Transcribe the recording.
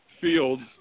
fields